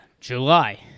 July